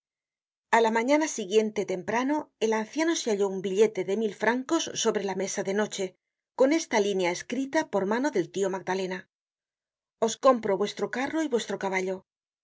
a la mañana siguiente temprano el anciano se halló un billete de mil francos sobre la mesa de noche con esta línea escrita por mano del tip magdalena os compro vuestro carro y muestro caballo